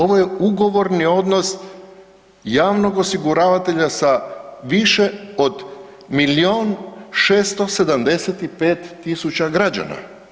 Ovo je ugovorni odnos javnog osiguravatelja sa više od milijun 675 000 građana.